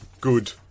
good